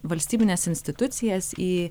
valstybines institucijas į